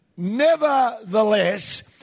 Nevertheless